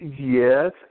Yes